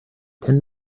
ten